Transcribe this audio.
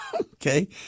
okay